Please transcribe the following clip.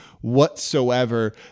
whatsoever